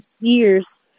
years